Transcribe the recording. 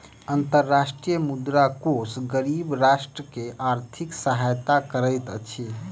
अंतर्राष्ट्रीय मुद्रा कोष गरीब राष्ट्र के आर्थिक सहायता करैत अछि